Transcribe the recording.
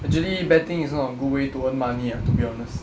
actually betting is not a good way to earn money ah to be honest